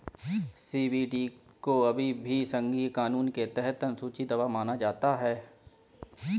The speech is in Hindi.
सी.बी.डी को अभी भी संघीय कानून के तहत अनुसूची दवा माना जाता है